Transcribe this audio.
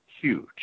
huge